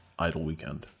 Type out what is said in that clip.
IdleWeekend